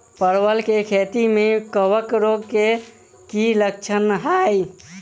परवल केँ खेती मे कवक रोग केँ की लक्षण हाय?